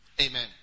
Amen